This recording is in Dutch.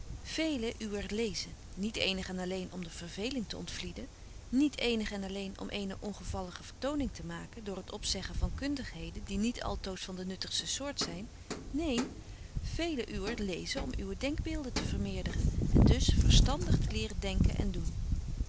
velen uwer lezen niet eenig en alleen om de verveling te ontvlieden niet eenig en alleen om eene ongevallige vertoning te maken door het opzeggen van kundigheden die niet altoos van de nuttigste soort zyn neen velen uwer lezen om uwe denkbeelden te vermeerderen en dus verstandig te leren denken en doen